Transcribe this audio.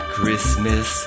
Christmas